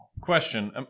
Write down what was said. Question